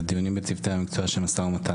זה בדיונים בצוותי המשרד של משא ומתן,